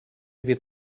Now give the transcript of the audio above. fydd